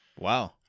Wow